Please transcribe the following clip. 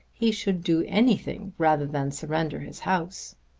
he should do anything rather than surrender his house.